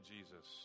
Jesus